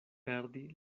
perdi